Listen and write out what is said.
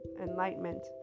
enlightenment